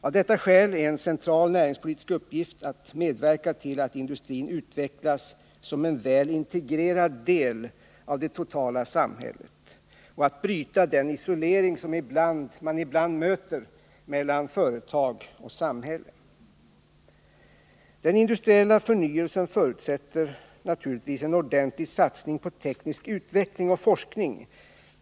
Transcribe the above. Av detta skäl är det en central näringspolitisk uppgift att medverka till att industrin utvecklas som en väl integrerad del av det totala samhället och att bryta den isolering som man ibland möter mellan företag och samhälle. Den industriella förnyelsen förutsätter naturligtvis en ordentlig satsning på teknisk utveckling och forskning.